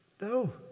No